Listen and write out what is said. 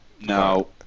No